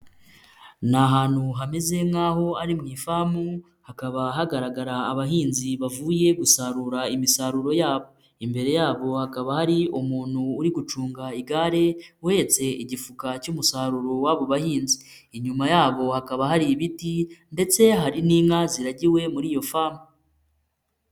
Ni ahantu hameze nk'aho ari mu ifamu hakaba hagaragara abahinzi bavuye gusarura imisaruro yabo, imbere yabo hakaba hari umuntu uri gucunga igare uhetse igifuka cy'umusaruro w'abo bahinzi, inyuma yabo hakaba hari ibiti ndetse hari n'inka ziragiwe muri iyo famu.